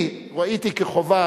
אני ראיתי כחובה,